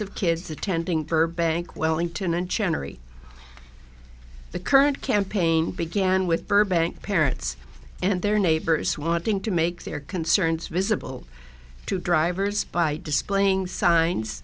of kids attending burbank wellington and chan or the current campaign began with burbank parents and their neighbors wanting to make their concerns visible to drivers by displaying signs